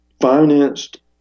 financed